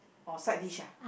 oh side dish ah